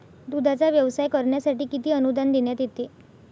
दूधाचा व्यवसाय करण्यासाठी किती अनुदान देण्यात येते?